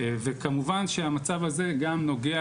וכמובן שהמצב הזה גם נוגע,